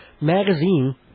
Magazine